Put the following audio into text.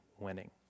winning